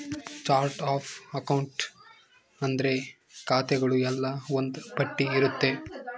chart of account ಅಂದ್ರೆ ಖಾತೆಗಳು ಎಲ್ಲ ಒಂದ್ ಪಟ್ಟಿ ಇರುತ್ತೆ